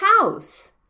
house